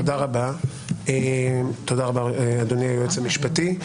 תודה רבה, אדוני היועץ המשפטי.